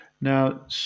Now